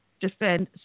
defend